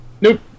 Nope